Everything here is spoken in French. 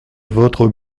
votre